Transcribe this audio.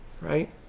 right